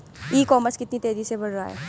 ई commerce कितनी तेजी से बढ़ रहा है?